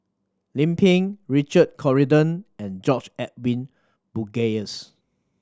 Lim Pin Richard Corridon and George Edwin Bogaars